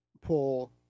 pull